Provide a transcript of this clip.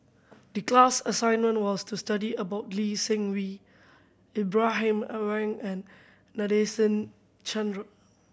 the class assignment was to study about Lee Seng Wee Ibrahim Awang and Nadasen Chandra